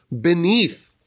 beneath